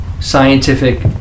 scientific